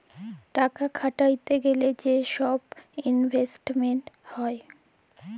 টাকা খাটাইতে গ্যালে যে ছব ইলভেস্টমেল্ট হ্যয়